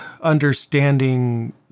understanding